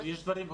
יודעים.